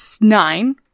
nine